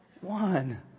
One